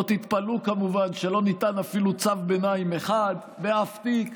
לא תתפלאו כמובן שלא ניתן אפילו צו ביניים אחד באף תיק.